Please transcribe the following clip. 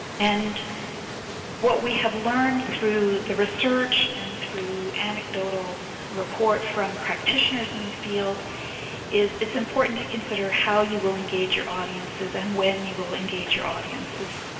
and what we have learned through the research and through anecdotal reports from practitioners in the field is it's important to consider how you will engage your audiences and when you will engage your audiences.